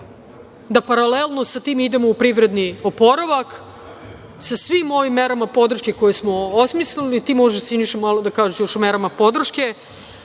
da paralelno sa tim idemo u privredi oporavak sa svim ovim merama podrške koju smo osmislili. Ti možeš, Siniša, malo da kažeš, još o merama podrške.